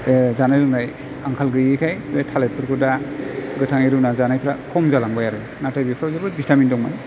जानाय लोंनाय आंखाल गैयैखाय थालिरफोरखौ दा गोथाङै रुना जानायफ्रा खम जालांबाय आरो नाथाइ बेफोर जोबोर भिटामिन दंमोन